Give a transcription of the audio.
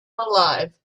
alive